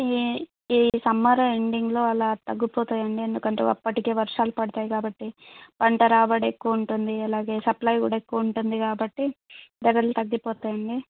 ఈ ఈ సమ్మర్ ఎండింగ్లో అలా తగ్గిపోతాయండి ఎందుకంటే అప్పటికి వర్షాలు పడతాయి కాబట్టి పంట రాబడి ఎక్కువ ఉంటుంది అలాగే సప్లై కూడా ఎక్కువ ఉంటుంది కాబట్టి ధరలు తగ్గిపోతాయండి